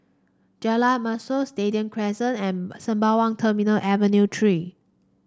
Jalan Mashor Stadium Crescent and Sembawang Terminal Avenue Three